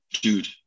Dude